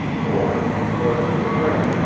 or or a good friend.